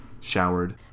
Showered